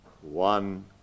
one